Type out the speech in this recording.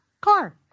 car